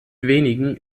wenigen